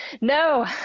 No